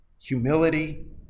humility